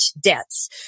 debts